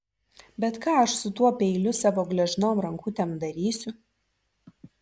bet ką aš su tuo peiliu savo gležnom rankutėm darysiu